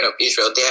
israel